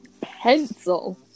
pencil